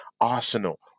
Arsenal